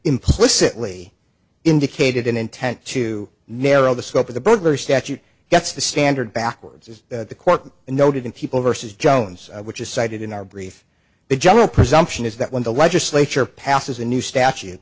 implicitly indicated an intent to narrow the scope of the burglar statute that's the standard backwards as the court noted in people versus jones which is cited in our brief the general presumption is that when the legislature passes a new statu